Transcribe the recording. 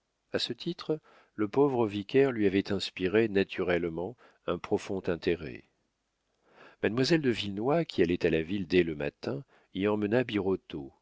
a ce titre le pauvre vicaire lui avait inspiré naturellement un profond intérêt mademoiselle de villenoix qui allait à la ville dès le matin y emmena